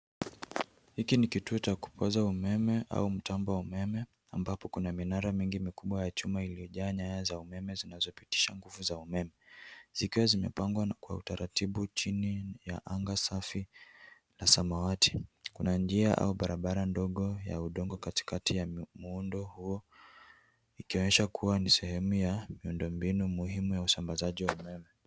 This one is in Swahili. Hiki ni kituo cha kukwaza umeme au mtambo wa umeme ambapo kuna minara mingi mikubwa ya chuma iliyojaa nyaya za umeme zinazopitisha nguvu za umeme. Zikiwa zimepangwa kwa utaratibu chini ya anga safi la samawati kuna njia au barabara ndogo ya udongo katikati ya muundo huo ikionesha kuwa ni sehemu ya miundo mbinu muhimu wa usambazaji wa umeme.